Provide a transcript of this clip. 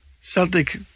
Celtic